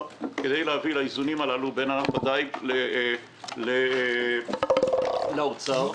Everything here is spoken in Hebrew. כדי להביא לאיזונים הללו בין ענף הדיג למשרד האוצר.